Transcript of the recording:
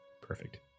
Perfect